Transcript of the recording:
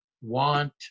want